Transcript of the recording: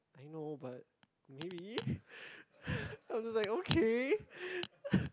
I know but maybe i was like okay